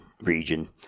region